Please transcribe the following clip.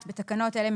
זכויות לאנשים עם